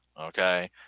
okay